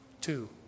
Two